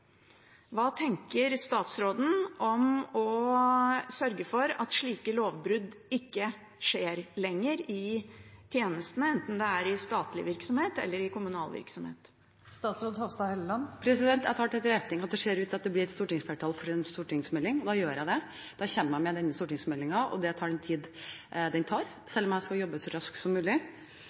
Hva tenker statsråden om å sørge for at slike lovbrudd ikke lenger skjer i tjenestene, enten det er i statlig virksomhet eller i kommunal virksomhet? Jeg tar til etterretning at det ser ut til at det blir stortingsflertall for en stortingsmelding, og da kommer jeg med den stortingsmeldingen, og det tar den tiden det tar, selv om jeg skal jobbe så raskt som mulig.